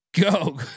go